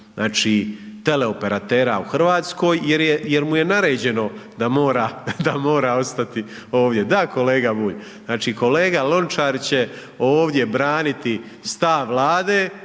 znači, teleoperatera u RH jer mu je naređeno da mora, da mora ostati ovdje, da kolega Bulj, znači, kolega Lončar će ovdje braniti stav Vlade,